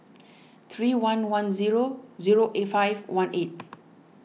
three one one zero zero eight five one eight